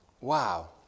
Wow